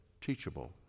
teachable